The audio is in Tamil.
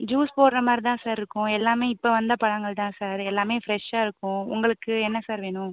ஜூஸ் போடுற மாதிரி தான் சார் இருக்கும் எல்லாமே இப்போ வந்த பழங்கள் தான் சார் எல்லாமே ஃப்ரெஷ்ஷாக இருக்கும் உங்களுக்கு என்ன சார் வேணும்